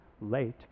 late